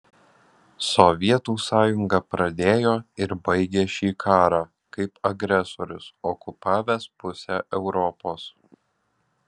sovietų sąjunga pradėjo ir baigė šį karą kaip agresorius okupavęs pusę europos